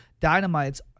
Dynamites